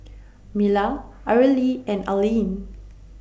Mila Areli and Arleen